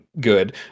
good